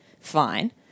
fine